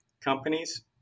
companies